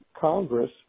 Congress